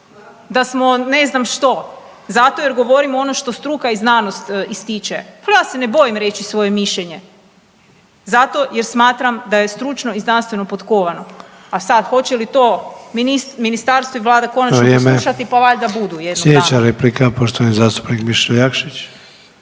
da smo ne znam što zato jer govorimo ono što struka i znanost ističe. Ja se ne bojim reći svoje mišljenje zato jer smatram da je stručno i znanstveno potkovano, a sad hoće li ministarstvo i vlada konačno poslušati …/Upadica: Vrijeme./… pa valjda budu jednog dana. **Sanader, Ante (HDZ)** Slijedeća replika poštovani zastupnik Mišel Jakšić.